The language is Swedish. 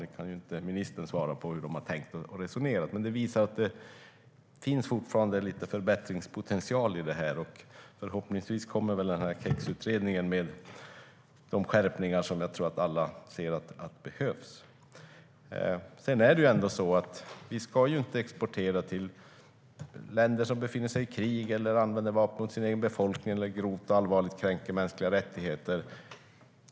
Ministern kan inte svara på hur FMV har tänkt och resonerat, men det visar att det fortfarande finns lite förbättringspotential i det här. Förhoppningsvis kommer KEX-utredningen med de skärpningar som jag tror att alla ser behövs. Det är ju så att vi inte ska exportera till länder som befinner sig i krig, använder vapen mot sin egen befolkning eller grovt och allvarligt kränker mänskliga rättigheter.